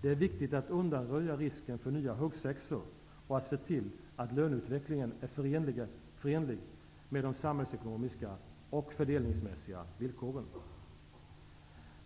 Det är viktigt att undanröja risken för nya ''huggsexor'' och att se till att löneutvecklingen är förenlig med de samhällsekonomiska och fördelningsmässiga villkoren.